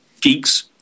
geeks